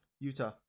Utah